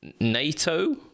NATO